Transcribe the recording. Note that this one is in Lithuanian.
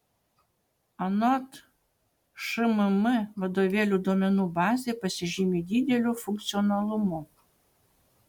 anot šmm vadovėlių duomenų bazė pasižymi dideliu funkcionalumu